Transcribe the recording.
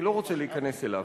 אני לא רוצה להיכנס אליו.